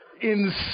insane